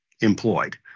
employed